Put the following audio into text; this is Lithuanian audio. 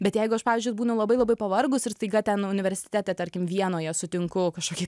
bet jeigu aš pavyzdžiui būnu labai labai pavargus ir staiga ten universitete tarkim vienoje sutinku kažkokį